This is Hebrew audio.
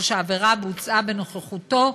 או שעבירה בוצעה בנוכחותו,